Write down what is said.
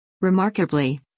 Remarkably